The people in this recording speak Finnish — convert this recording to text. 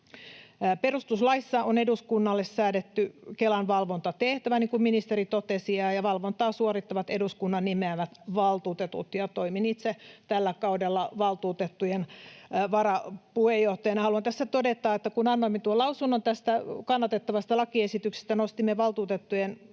Perustuslaissa on eduskunnalle säädetty Kelan valvontatehtävä, niin kuin ministeri totesi, ja valvontaa suorittavat eduskunnan nimeämät valtuutetut. Toimin itse tällä kaudella valtuutettujen varapuheenjohtajana. Haluan tässä todeta, että kun annoimme tuon lausunnon tästä kannatettavasta lakiesityksestä, nostimme valtuutettujen